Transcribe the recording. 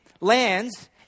lands